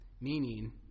meaning